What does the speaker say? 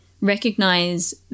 recognize